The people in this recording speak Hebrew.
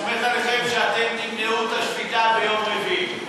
אני סומך עליכם שאתם תמנעו את השביתה ביום רביעי.